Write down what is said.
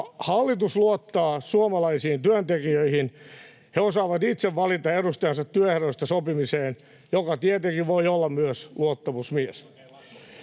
Hallitus luottaa suomalaisiin työntekijöihin: he osaavat itse valita edustajansa työehdoista sopimiseen, ja se voi tietenkin olla myös luottamusmies.